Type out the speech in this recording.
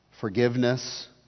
forgiveness